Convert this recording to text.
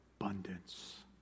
abundance